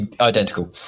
Identical